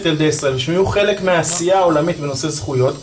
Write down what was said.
ילדי ישראל שיהיו חלק מהעשייה העולמית בנושא זכויות,